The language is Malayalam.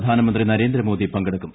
പ്രധാനമന്ത്രി നരേന്ദ്രമോദി പങ്കെടുക്കും